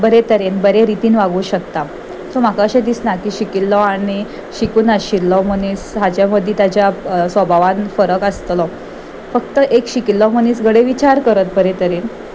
बरे तरेन बरे रितीन वागूं शकता सो म्हाका अशें दिसना की शिकिल्लो आनी शिकूं नशिल्लो मनीस हाच्या मदीं ताच्या स्वभावान फरक आसतलो फक्त एक शिकिल्लो मनीस घडये विचार करत बरे तरेन